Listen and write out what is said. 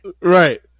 Right